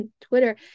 Twitter